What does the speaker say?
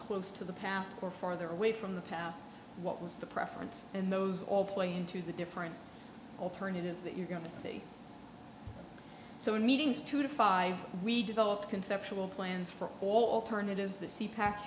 close to the path or farther away from the path what was the preference and those all play into the different alternatives that you're going to see so in meetings two to five we develop conceptual plans for alternatives that see pack